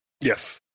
yes